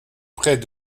près